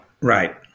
right